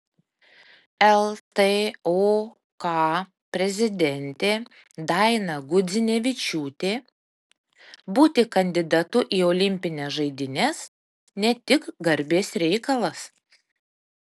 ltok prezidentė daina gudzinevičiūtė būti kandidatu į olimpines žaidynes ne tik garbės reikalas